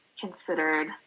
considered